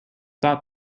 thought